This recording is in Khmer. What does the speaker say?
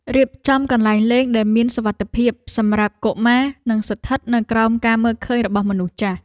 រៀបចំកន្លែងលេងដែលមានសុវត្ថិភាពសម្រាប់កុមារនិងស្ថិតនៅក្រោមការមើលឃើញរបស់មនុស្សចាស់។